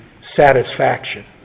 satisfaction